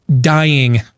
dying